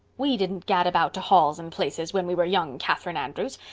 we didn't gad about to halls and places when we were young, catherine andrews.